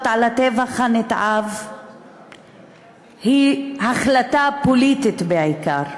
מהטבח הנתעב היא החלטה פוליטית בעיקר,